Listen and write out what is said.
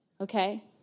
Okay